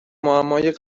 معمای